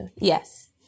Yes